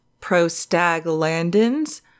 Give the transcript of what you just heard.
prostaglandins